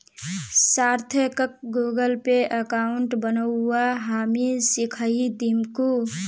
सार्थकक Google Pay account बनव्वा हामी सीखइ दीमकु